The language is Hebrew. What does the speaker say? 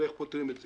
ואיך פותרים את זה.